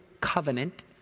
Covenant